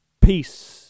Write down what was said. Peace